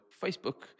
Facebook